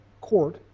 court